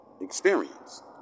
experience